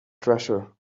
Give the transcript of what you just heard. treasure